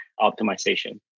optimization